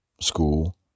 school